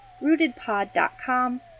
rootedpod.com